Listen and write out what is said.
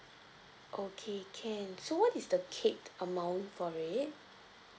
okay can so what is the cap amount for it